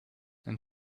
and